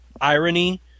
irony